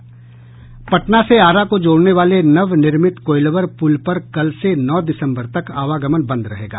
पटना से आरा को जोड़ने वाले नवनिर्मित कोईलवर पुल पर कल से नौ दिसम्बर तक आवागमन बंद रहेगा